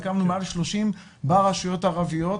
הקמנו מעל 30 ברשויות הערביות,